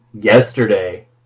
yesterday